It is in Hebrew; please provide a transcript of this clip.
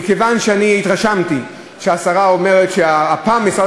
מכיוון שהתרשמתי שהשרה אומרת שהפעם משרד